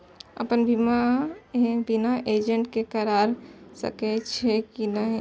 अपन बीमा बिना एजेंट के करार सकेछी कि नहिं?